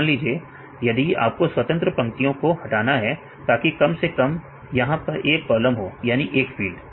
मान लीजिए यदि आपको स्वतंत्र पंक्तियों को हटाना है ताकि कम से कम यहां पर एक कॉलम हो यानी एक फील्ड